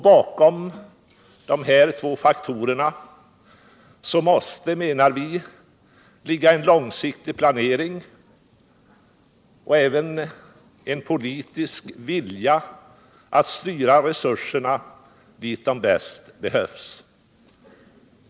Bakom de här två faktorerna måste, menar vi, ligga en långsiktig planering och även en politisk vilja att styra resurserna dit de bäst behövs.